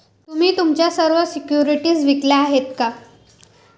तुम्ही तुमच्या सर्व सिक्युरिटीज विकल्या आहेत का?